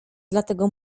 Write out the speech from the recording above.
dlatego